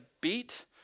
beat